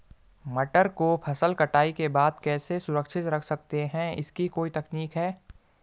मटर को फसल कटाई के बाद कैसे सुरक्षित रख सकते हैं इसकी कोई तकनीक है?